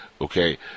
Okay